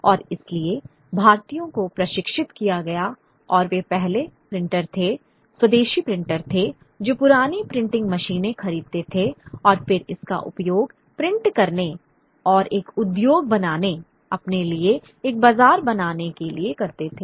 और इसलिए भारतीयों को प्रशिक्षित किया गया और वे पहले प्रिंटर थे स्वदेशी प्रिंटर थे जो पुरानी प्रिंटिंग मशीनें खरीदते थे और फिर इसका उपयोग प्रिंट करने और एक उद्योग बनाने अपने लिए एक बाजार बनाने के लिए करते थे